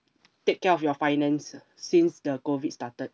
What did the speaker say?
take care of your finances since the COVID started